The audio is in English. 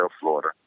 Florida